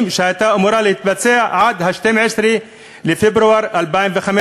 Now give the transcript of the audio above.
שהייתה אמורה להתבצע עד 12 בפברואר 2015,